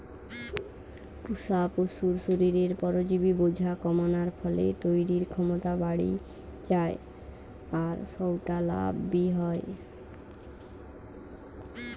পুশা পশুর শরীরে পরজীবি বোঝা কমানার ফলে তইরির ক্ষমতা বাড়ি যায় আর সউটা লাভ বি হয়